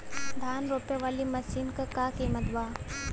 धान रोपे वाली मशीन क का कीमत बा?